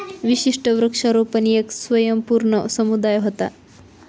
विशिष्ट वृक्षारोपण येक स्वयंपूर्ण समुदाय व्हता